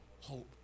hope